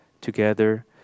together